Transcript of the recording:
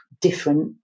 different